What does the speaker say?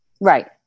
Right